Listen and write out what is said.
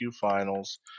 Finals